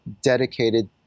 dedicated